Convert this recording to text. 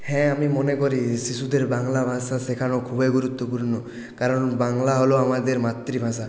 হ্যাঁ আমি মনে করি শিশুদের বাংলা ভাষা শেখানো খুবই গুরুত্বপূর্ণ কারণ বাংলা হল আমাদের মাতৃভাষা